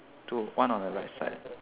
two one on the right side